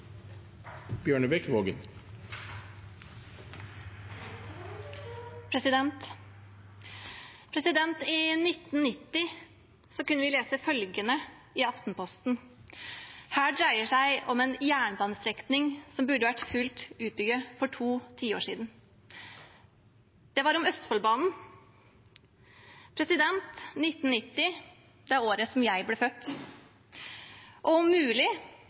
I 1990 kunne man lese følgende i Aftenposten: Her dreier det seg om en jernbanestrekning som burde vært fullt utbygd for to tiår siden. Det var om Østfoldbanen. 1990 er det året jeg ble født. Om mulig